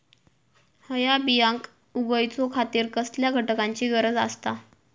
हया बियांक उगौच्या खातिर कसल्या घटकांची गरज आसता?